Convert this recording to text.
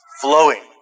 flowing